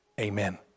Amen